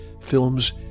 films